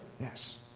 yes